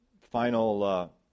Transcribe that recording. Final